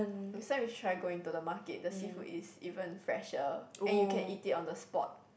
next time you try going to the market the seafood is even fresher and you can eat it on the spot